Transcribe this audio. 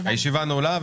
הישיבה נעולה.